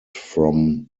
from